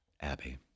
Abby